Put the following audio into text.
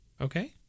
Okay